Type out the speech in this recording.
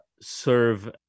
serve